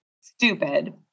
Stupid